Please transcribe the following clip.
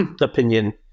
opinion